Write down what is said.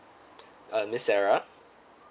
uh miss sarah